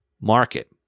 market